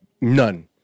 None